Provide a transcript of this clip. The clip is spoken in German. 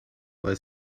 bei